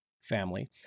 family